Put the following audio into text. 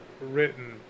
written